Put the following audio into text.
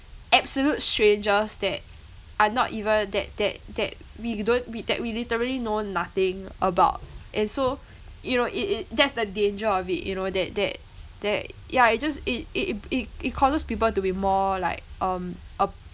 absolute strangers that are not even that that that we don't we that we literally know nothing about and so you know it it that's the danger of it you know that that that ya it just it it it it it causes people to be more like um ap~